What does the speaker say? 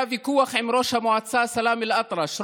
היה ויכוח עם סאלם אל-אטרש,